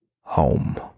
Home